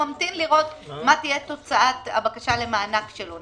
ממתין לראות מה תהיה תוצאת הבקשה למענק שלו.